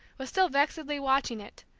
was still vexedly watching it,